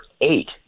eight